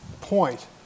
point